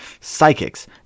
psychics